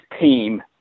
team